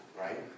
right